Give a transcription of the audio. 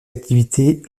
activités